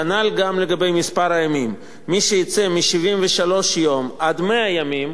כנ"ל לגבי מספר הימים: מי שיצא מ-73 ימים ועד 100 ימים,